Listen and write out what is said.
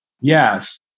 Yes